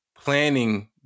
planning